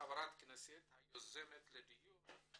לחברת הכנסת היוזמת את הדיון.